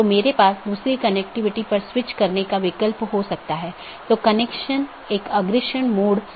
इन मार्गों को अन्य AS में BGP साथियों के लिए विज्ञापित किया गया है